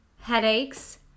headaches